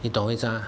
你懂我意思吗